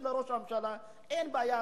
פשוט להגיד לראש הממשלה: אין בעיה,